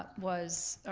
but was,